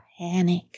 panic